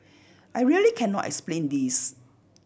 I really cannot explain this